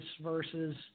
versus